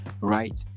right